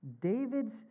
David's